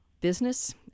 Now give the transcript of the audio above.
business